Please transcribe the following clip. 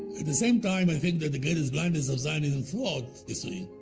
at the same time, i think that the greatest blindness of zionism throughout history